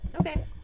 okay